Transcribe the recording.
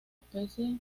especie